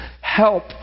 help